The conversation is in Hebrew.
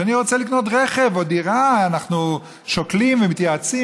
כשאני רוצה לקנות רכב או דירה אנחנו שוקלים ומתייעצים,